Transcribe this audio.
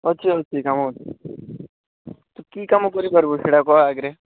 ଅଛି ଅଛି କାମ ଅଛି କି କାମ କରିପାରିବ ସେଇଟା କୁହ ଆଗରେ